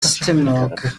stumog